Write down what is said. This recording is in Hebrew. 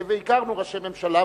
והכרנו ראשי ממשלה,